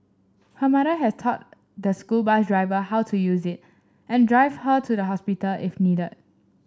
her mother has taught the school bus driver how to use it and drive her to the hospital if needed